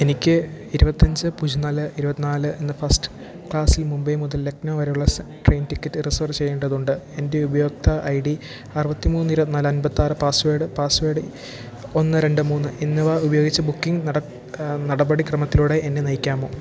എനിക്ക് ഇരുപത്തി അഞ്ച് പൂജ്യം നാല് ഇരുപത്തി നാല് ഇന്ന് ഫസ്റ്റ് ക്ലാസ്സിൽ മുംബൈ മുതൽ ലക്നൗ വരെയുള്ള ട്രെയിൻ ടിക്കറ്റ് റിസർവ് ചെയ്യേണ്ടതുണ്ട് എൻറ്റെ ഉപഭോക്ത ഐ ഡി അറുപത്തി മൂന്ന് ഇരുപത്തി നാല് അൻപത്തി ആറ് പാസ്സ്വേഡ് പാസ്സ്വേഡ് ഒന്ന് രണ്ട് മൂന്ന് എന്നിവ ഉപയോഗിച്ച് ബുക്കിങ് നട നടപടി ക്രമത്തിലൂടെ എന്നെ നയിക്കാമോ